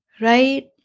right